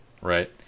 Right